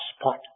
spot